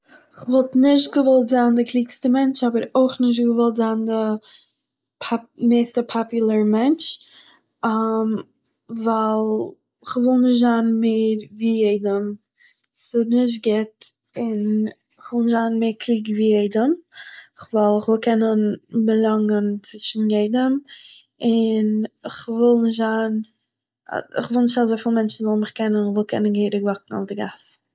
כ'וואלט נישט געוואלט זיין די קלוגסטע מענטש אבער כ'וואלט אויך נישט געוואלט זיין פאפ- די מערסטע פאפולאר מענטש ווייל, כ'וויל נישט זיין מער ווי יעדן, ס'איז נישט גוט, און כ'וויל נישט זיין מער קלוג ווי יעדן, ווייל איך וויל קענען בעלונגען צווישן יעדעם, און כ'וויל נישט זיין- כ'וויל נישט אזויפיל מענטשן זאלן מיך קענען איך וויל קענען וואקן אויף די גאס